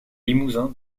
limousin